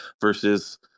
versus